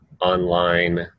online